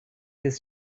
this